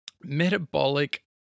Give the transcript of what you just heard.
metabolic